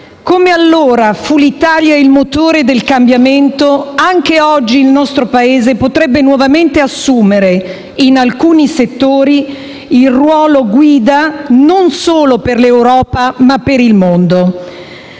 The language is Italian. Come allora l'Italia fu il motore del cambiamento, anche oggi il nostro Paese potrebbe nuovamente assumere, in alcuni settori, un ruolo guida non solo per l'Europa, ma per il mondo.